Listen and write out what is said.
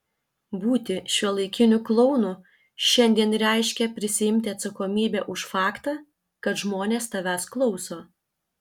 būti šiuolaikiniu klounu šiandien reiškia prisiimti atsakomybę už faktą kad žmonės tavęs klauso